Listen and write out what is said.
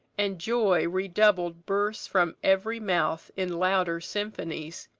and joy redoubled bursts from every mouth in louder symphonies.